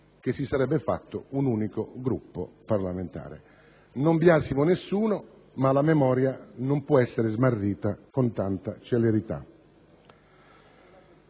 che si sarebbe fatto un unico Gruppo parlamentare. Non biasimo nessuno, ma la memoria non può essere smarrita con tanta celerità.